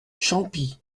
champis